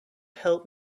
help